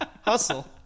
Hustle